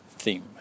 theme